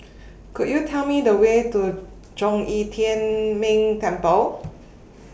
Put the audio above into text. Could YOU Tell Me The Way to Zhong Yi Tian Ming Temple